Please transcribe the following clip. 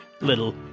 little